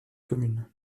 communes